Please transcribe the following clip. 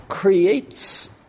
creates